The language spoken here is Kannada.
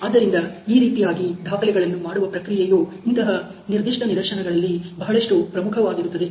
ಆದ್ದರಿಂದ ಈ ರೀತಿಯಾಗಿ ದಾಖಲೆಗಳನ್ನು ಮಾಡುವ ಪ್ರಕ್ರಿಯೆಯು ಇಂತಹ ನಿರ್ದಿಷ್ಟ ನಿದರ್ಶನಗಳಲ್ಲಿ ಬಹಳಷ್ಟು ಪ್ರಮುಖವಾಗಿರುತ್ತದೆ